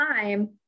time